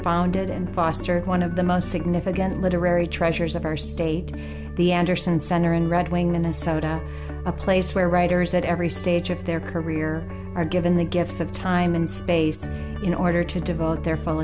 founded in foster one of the most significant literary treasures of our state the anderson center in red wing minnesota a place where writers at every stage of their career are given the gifts of time and space in order to devote their full